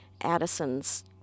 Addison's